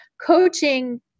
coaching